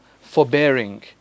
forbearing